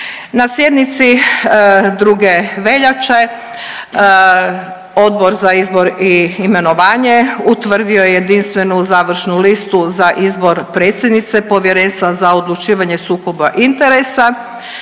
Na sjednici 2. veljače Odbor za izbor i imenovanje utvrdio je Jedinstvenu završnu listu za izbor predsjednice Povjerenstva za odlučivanje sukoba interesa